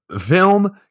film